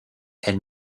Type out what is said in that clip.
elle